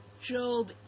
Job